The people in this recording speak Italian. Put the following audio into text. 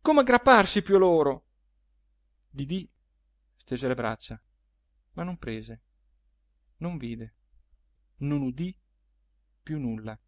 come aggrapparsi più a loro didì stese le braccia ma non prese non vide non udì più nulla